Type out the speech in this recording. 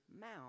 mouth